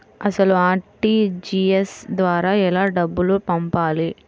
అసలు అర్.టీ.జీ.ఎస్ ద్వారా ఎలా డబ్బులు పంపాలి?